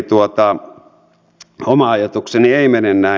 oma ajatukseni ei mene näin